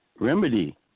remedy